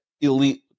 elite